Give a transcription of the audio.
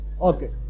okay